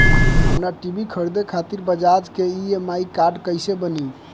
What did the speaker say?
हमरा टी.वी खरीदे खातिर बज़ाज़ के ई.एम.आई कार्ड कईसे बनी?